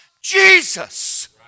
Jesus